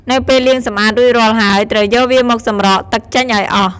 នៅពេលលាងសម្អាតរួចរាល់ហើយ ត្រូវយកវាមកសម្រក់ទឹកចេញឱ្យអស់។